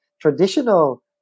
traditional